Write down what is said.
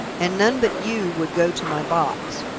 and none but you would go to my box.